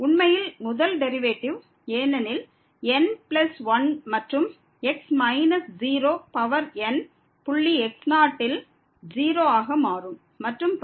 உண்மையில் முதல் டெரிவேட்டிவ் ஏனெனில் n பிளஸ் 1 மற்றும் x மைனஸ் 0 பவர் n புள்ளி x0 யில் 0 ஆக மாறும் மற்றும் பல